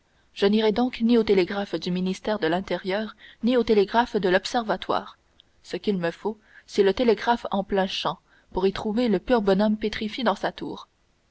je n'irai donc ni au télégraphe du ministère de l'intérieur ni au télégraphe de l'observatoire ce qu'il me faut c'est le télégraphe en plein champ pour y trouver le pur bonhomme pétrifié dans sa tour